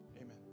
amen